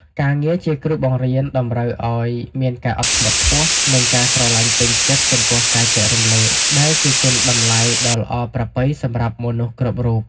ការងារជាគ្រូបង្រៀនតម្រូវឱ្យមានការអត់ធ្មត់ខ្ពស់ និងការស្រឡាញ់ពេញចិត្តចំពោះការចែករំលែក ដែលជាគុណតម្លៃដ៏ល្អប្រពៃសម្រាប់មនុស្សគ្រប់រូប។